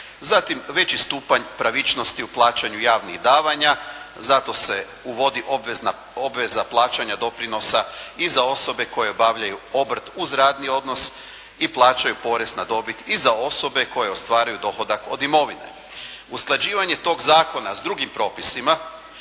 zatim veći stupanj pravičnosti u plaćanju javnih davanja, zato se uvodi obveza plaćanja doprinosa i za osobe koje obavljaju obrt uz radni odnos i plaćaju porez na dobit i za osobe koje ostvaruju dohodak od imovine. Usklađivanje toga zakona sa drugim propisima